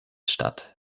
statt